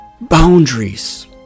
boundaries